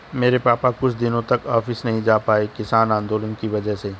मेरे पापा कुछ दिनों तक ऑफिस नहीं जा पाए किसान आंदोलन की वजह से